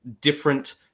different